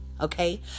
Okay